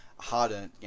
hard-earned